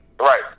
Right